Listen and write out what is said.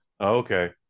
okay